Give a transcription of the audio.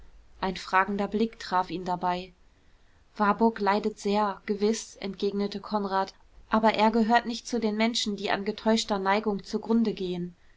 ein fragender blick traf ihn dabei warburg leidet sehr gewiß entgegnete konrad aber er gehört nicht zu den menschen die an getäuschter neigung zugrunde gehen